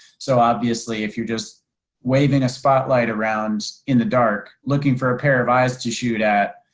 so obviously if you're just waving a spotlight around in the dark looking for a pair of eyes to shoot at,